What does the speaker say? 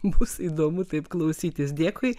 bus įdomu taip klausytis dėkui